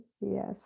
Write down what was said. Yes